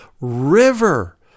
river